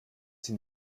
sind